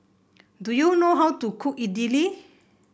do you know how to cook Idili